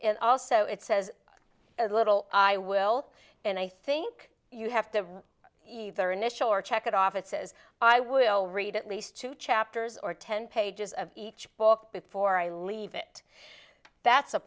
also it says a little i will and i think you have to either initial or check it off it says i will read at least two chapters or ten pages of each book before i leave it that's a